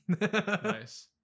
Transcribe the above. Nice